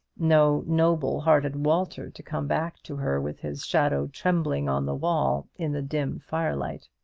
no noble-hearted walter to come back to her, with his shadow trembling on the wall in the dim firelight!